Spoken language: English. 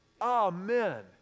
Amen